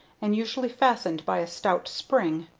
and usually fastened by a stout spring.